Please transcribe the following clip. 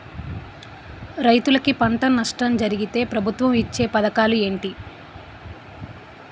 రైతులుకి పంట నష్టం జరిగితే ప్రభుత్వం ఇచ్చా పథకాలు ఏంటి?